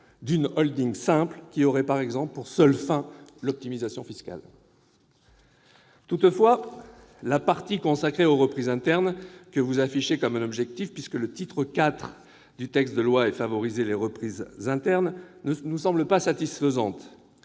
d'une simple, qui aurait par exemple pour seule fin l'optimisation fiscale. Toutefois, la partie consacrée aux reprises internes, qui est affichée comme un objectif, puisque le titre IV du texte s'intitule « Favoriser les reprises internes », ne nous semble pas satisfaisante.